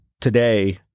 today